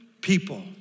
people